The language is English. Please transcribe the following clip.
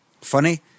funny